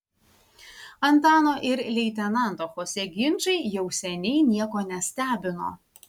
antano ir leitenanto chose ginčai jau seniai nieko nestebino